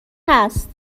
هست